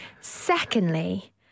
Secondly